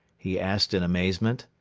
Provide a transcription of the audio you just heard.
he asked in amazement.